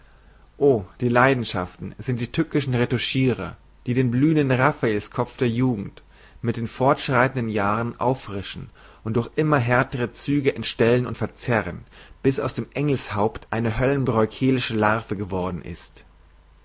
o die leidenschaften sind die tückischen retouschirer die den blühenden rafaelskopf der jugend mit den fortschreitenden jahren auffrischen und durch immer härtere züge entstellen und verzerren bis aus dem engelshaupt eine höllenbreugelische larve geworden ist